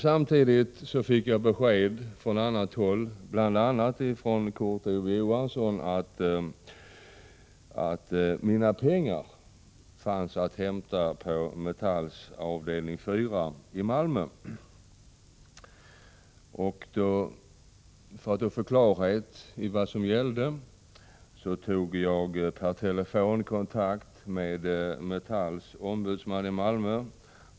Samtidigt fick jag besked från annat håll, bl.a. från Kurt Ove Johansson, att mina pengar fanns att hämta på Metalls avdelning 4 i Malmö. För att få definitiv klarhet i vad som gällde tog jag per telefon kontakt med Metalls ombudsman i Malmö.